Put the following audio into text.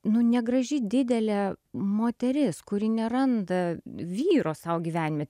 nu negraži didelė moteris kuri neranda vyro sau gyvenime